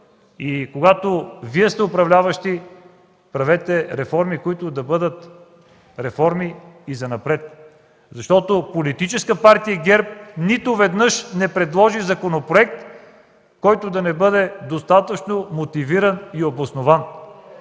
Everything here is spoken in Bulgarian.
и когато Вие сте управляващи, правете реформи, които да бъдат реформи и занапред. Политическа партия ГЕРБ нито веднъж не предложи законопроект, който да не бъде достатъчно мотивиран и обоснован.